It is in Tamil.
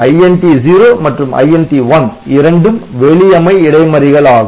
INT0 மற்றும் INT1 இரண்டும் வெளியமை இடைமறிகள் ஆகும்